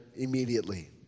Immediately